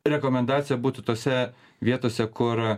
rekomendacija būtų tose vietose kur